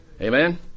amen